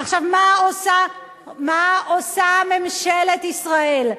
עכשיו, מה עושה ממשלת ישראל?